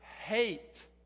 hate